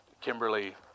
Kimberly